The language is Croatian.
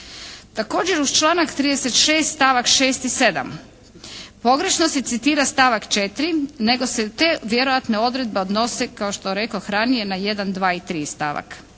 Također uz članak 36. stavak 6. i 7. pogrešno se citira stavak 4. nego se te vjerojatne odredbe odnose kao što rekoh ranije na 1., 2. i 3. stavak.